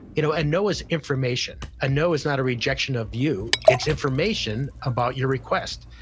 you know and no is information, a no is not a rejection of you, it's information about your request.